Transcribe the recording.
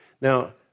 Now